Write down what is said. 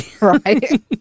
right